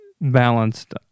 balanced